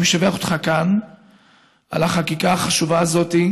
אני משבח אותך כאן על החקיקה החשובה הזאת,